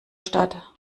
statt